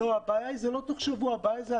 הבעיה היא הקיץ,